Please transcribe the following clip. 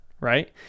right